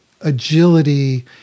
agility